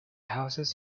houses